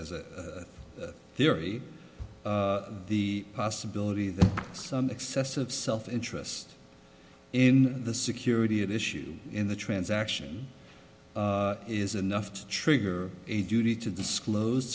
as a theory the possibility that some excessive self interest in the security issues in the transaction is enough to trigger a duty to disclose